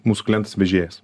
mūsų klientas vežėjas